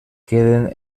queden